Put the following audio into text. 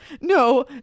No